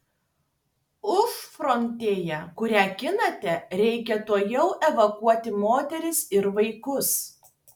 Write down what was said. užfrontėje kurią ginate reikia tuojau evakuoti moteris ir vaikus